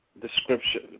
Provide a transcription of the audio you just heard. description